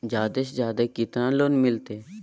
जादे से जादे कितना लोन मिलते?